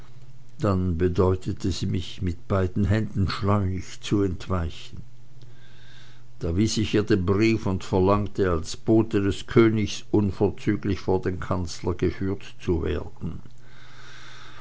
dann bedeutete sie mich mit beiden händen schleunig zu entweichen da wies ich ihr den brief und verlangte als bote des königs unverzüglich vor den kanzler geführt zu werden